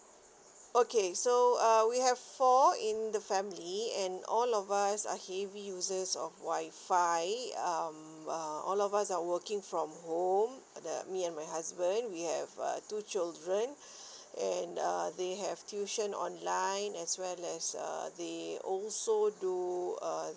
okay so uh we have four in the family and all of us are heavy users of wifi um uh all of us are working from home the me and my husband we have uh two children and uh they have tuition online as well as uh they also do uh